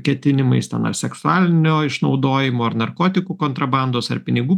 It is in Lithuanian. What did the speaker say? ketinimais ten ar seksualinio išnaudojimo ar narkotikų kontrabandos ar pinigų